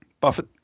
Buffett